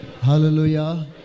Hallelujah